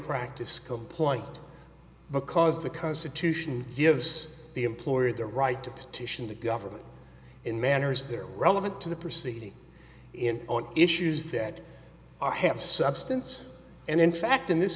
practice complaint because the constitution gives the employer the right to petition the government in manners they're relevant to the proceedings in on issues that are have substance and in fact in this